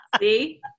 See